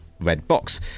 Redbox